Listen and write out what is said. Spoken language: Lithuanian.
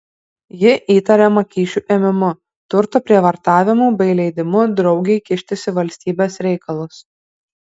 ji įtariama kyšių ėmimu turto prievartavimu bei leidimu draugei kištis į valstybės reikalus